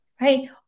right